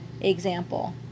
example